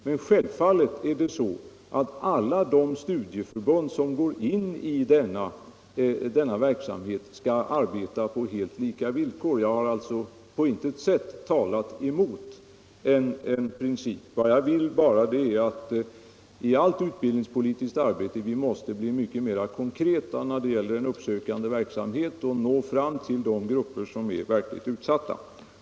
Men självfallet skall alla de studieförbund som går in i denna verksamhet arbeta på helt lika villkor. Jag har alltså på intet sätt talat emot en sådan princip. Vad jag önskar är bara att vi i allt utbildningspolitiskt arbete måste bli mycket mera konkreta när det gäller en uppsökande verksamhet för att nå fram till de grupper som är verkligt utsatta.